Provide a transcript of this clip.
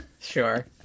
sure